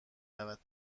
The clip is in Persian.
رود